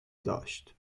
داشت